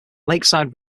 lakeside